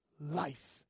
life